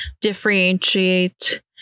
differentiate